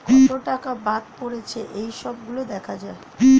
কত টাকা বাদ পড়েছে এই সব গুলো দেখা যায়